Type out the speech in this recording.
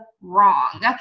wrong